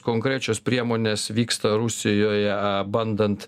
konkrečios priemonės vyksta rusijoj bandant